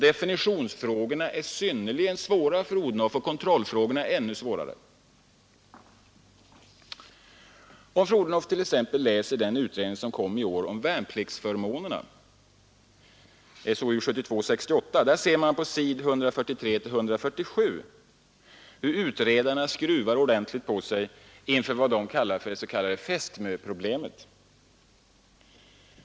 Definitionsfrågorna är synnerligen svåra, fru Odhnoff, och kontrollfrågorna är ännu svårare. Fru Odhnoff kan t.ex. läsa den utredning, som kommit i år, om värnpliktsförmånerna . Där ser man på s. 143—147 hur utredarna skruvar ordentligt på sig inför vad de kallar ”fästmö-problemet”.